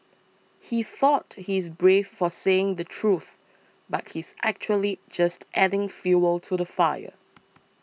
he thought he's brave for saying the truth but he's actually just adding fuel to the fire